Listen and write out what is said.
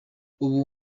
ubu